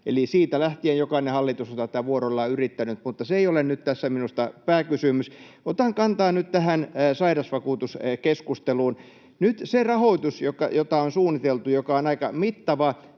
siitä lähtien jokainen hallitus on tätä vuorollaan yrittänyt, mutta se ei ole nyt minusta tässä pääkysymys. Otan kantaa nyt tähän sairausvakuutuskeskusteluun. Nyt se rahoitus, jota on suunniteltu ja joka on aika mittava,